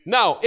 Now